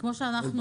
כמו שאנחנו,